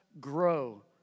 grow